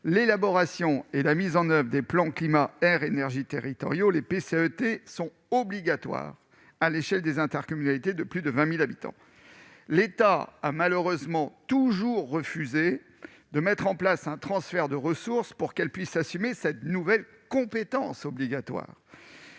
l'élaboration et la mise en oeuvre des plans climat-air-énergie territoriaux (PCAET) sont obligatoires à l'échelle des intercommunalités de plus de 20 000 habitants. L'État a malheureusement toujours refusé de mettre en place un transfert de ressources pour que les intercommunalités puissent assumer cette nouvelle compétence obligatoire.